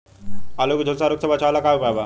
आलू के झुलसा रोग से बचाव ला का उपाय बा?